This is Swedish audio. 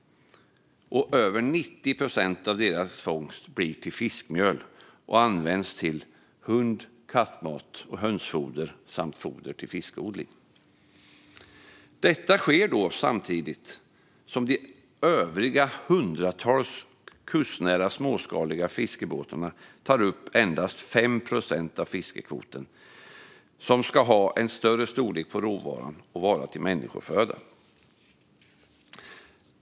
Över 90 procent av deras fångst blir till fiskmjöl och används till hund och kattmat, hönsfoder och foder till fiskodling. Detta sker samtidigt som de övriga hundratals kustnära småskaliga fiskebåtarna tar upp endast 5 procent av fiskekvoten, som ska ha en större storlek på råvaran och bli människoföda.